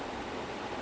oh my god